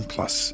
Plus